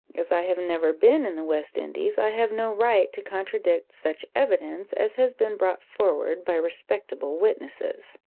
as i have never been in the west indies, i have no right to contradict such evidence as has been brought forward by respectable witnesses.